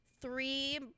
Three